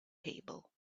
table